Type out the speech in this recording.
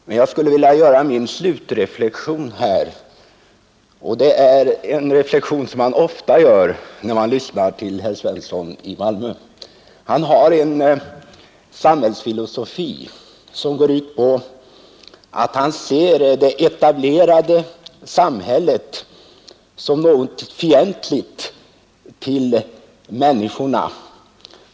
Jag skulle emellertid vilja göra en slutreflexion här, och det är en reflexion som man ofta gör när man lyssnar till herr Svensson i Malmö. Han har en samhällsfilosofi som går ut på att han ser det han kallar det etablerade samhället som något fientligt till människorna.